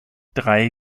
drei